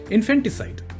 Infanticide